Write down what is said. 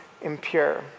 impure